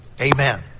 Amen